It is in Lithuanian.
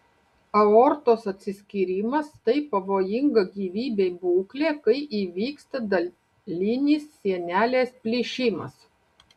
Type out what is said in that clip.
aortos atsiskyrimas tai pavojinga gyvybei būklė kai įvyksta dalinis sienelės plyšimas